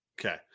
Okay